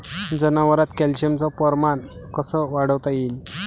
जनावरात कॅल्शियमचं प्रमान कस वाढवता येईन?